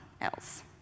else